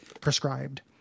prescribed